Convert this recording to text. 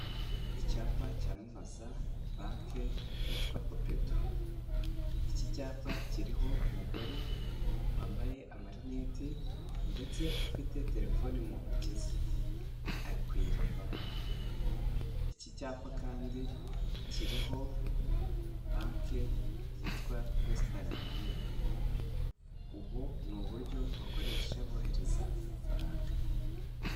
Icyapa cyamamaza banki yitwa copedu iki cyapa kiriho umugore wambaye amarineti ndetse ufite telefoni mu ntoki ze ari kuyirebamo iki cyapa kandi kiriho banki yitwa wesitamu yuniyoni ubu ni uburyo bakoresha bohereza amafaranga.